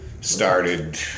started